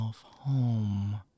home